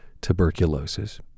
tuberculosis